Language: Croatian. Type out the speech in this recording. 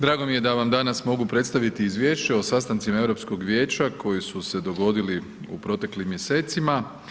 Drago mi je da vam danas mogu predstaviti izvješće o sastancima Europskog vijeća koji su se dogodili u proteklim mjesecima.